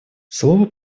слово